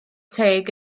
teg